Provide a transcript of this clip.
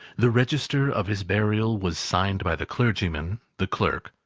the register of his burial was signed by the clergyman, the clerk,